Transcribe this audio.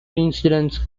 incidents